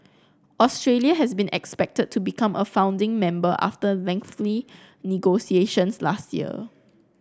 Australia has been expected to become a founding member after lengthy negotiations last year